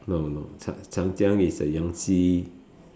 no no chang~ Changjiang is the Yangtze